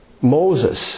Moses